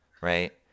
right